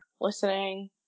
listening